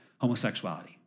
Homosexuality